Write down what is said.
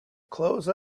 close